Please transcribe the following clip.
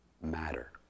matter